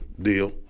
deal